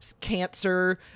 cancer